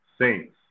Saints